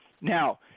Now